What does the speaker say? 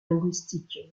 linguistique